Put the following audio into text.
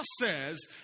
says